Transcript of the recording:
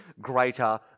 greater